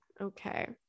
Okay